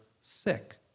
sick